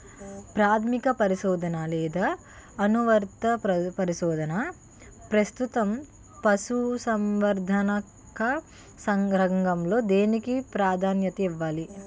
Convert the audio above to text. ప్రాథమిక పరిశోధన లేదా అనువర్తిత పరిశోధన? ప్రస్తుతం పశుసంవర్ధక రంగంలో దేనికి ప్రాధాన్యత ఇవ్వాలి?